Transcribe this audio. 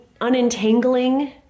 unentangling